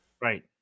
Right